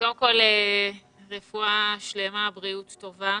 קודם כול, רפואה שלימה ובריאות טובה.